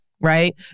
Right